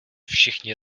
všichni